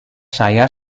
saya